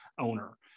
owner